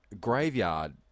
graveyard